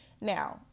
Now